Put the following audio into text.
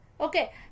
Okay